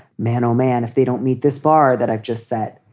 man, oh, man, if they don't meet this bar that i've just said,